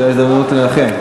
וזו ההזדמנות לנחם.